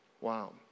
Wow